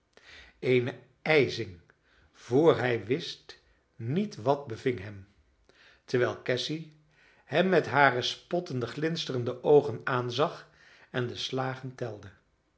eene ijzing voor hij wist niet wat beving hem terwijl cassy hem met hare spottende glinsterende oogen aanzag en de slagen telde